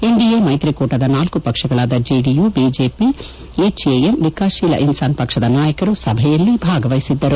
NDA ಮೈತ್ರಿ ಕೂಟದ ನಾಲ್ಕು ಪಕ್ಷಗಳಾದ JDU BJP HAM Vikassheel Insaan ಪಕ್ಷದ ನಾಯಕರು ಸಭೆಯಲ್ಲಿ ಭಾಗವಹಿಸಿದ್ದರು